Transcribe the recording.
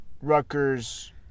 Rutgers